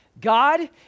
God